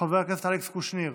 חבר הכנסת אלכס קושניר.